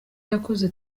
yakoze